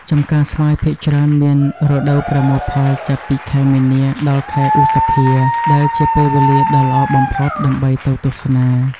ចម្ការស្វាយភាគច្រើនមានរដូវប្រមូលផលចាប់ពីខែមីនាដល់ខែឧសភា ដែលជាពេលវេលាដ៏ល្អបំផុតដើម្បីទៅទស្សនា។